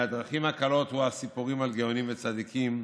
מהדרכים הקלות, הסיפורים על גאונים וצדיקים,